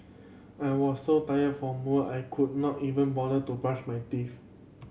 I was so tired from work I could not even bother to brush my teeth